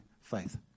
faith